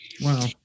Wow